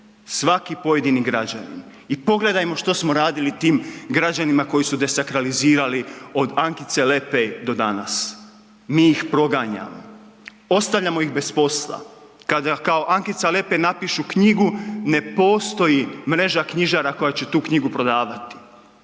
svaki pojedini građanin. I pogledajmo što smo radili tim građanima koji su desakralizirali od Ankice Lepej do danas? Mi ih proganjamo, ostavljamo ih bez posla. Kada kao Ankica Lepej napišu knjigu ne postoji mreža knjižara koja će tu knjigu prodavati.